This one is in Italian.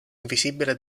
invisibile